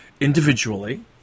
individually